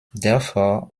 therefore